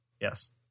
Yes